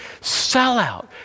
sellout